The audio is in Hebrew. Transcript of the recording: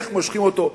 איך מושכים אותו,